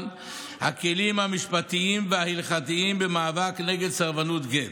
הכלים המשפטיים וההלכתיים במאבק נגד סרבנות גט,